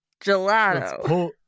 Gelato